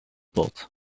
pot